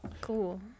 Cool